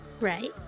Right